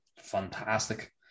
fantastic